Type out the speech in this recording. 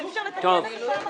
אז אי אפשר לתקן אותם פעם